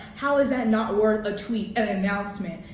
how is that not worth a tweet, an announcement?